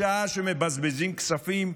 בשעה שמבזבזים כספים,